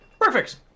Perfect